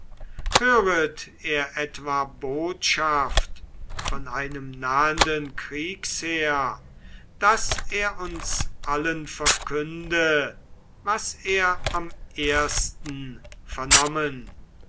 höret er etwa botschaft von einem nahenden kriegsheer daß er uns allen verkünde was er am ersten vernommen